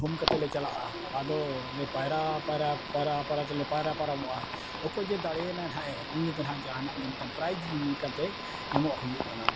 ᱫᱷᱩᱢ ᱠᱟᱛᱮ ᱞᱮ ᱪᱟᱞᱟᱜᱼᱟ ᱟᱫᱚ ᱞᱮ ᱯᱟᱭᱨᱟ ᱯᱟᱭᱨᱟ ᱯᱟᱭᱨᱟ ᱯᱟᱭᱨᱟ ᱛᱮᱞᱮ ᱯᱟᱭᱨᱟ ᱯᱟᱭᱨᱟᱢᱚᱜᱼᱟ ᱚᱠᱚᱭ ᱡᱮ ᱫᱟᱲᱮᱭᱮᱱᱟᱭ ᱦᱟᱸᱜ ᱮ ᱩᱱᱤ ᱫᱚ ᱦᱟᱸᱜ ᱡᱟᱦᱟᱱᱟᱜ ᱜᱮ ᱢᱤᱫᱴᱟᱝ ᱯᱨᱟᱭᱤᱡᱽ ᱠᱟᱛᱮ ᱮᱢᱚᱜ ᱦᱩᱭᱩᱜ ᱠᱟᱱᱟ